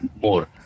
more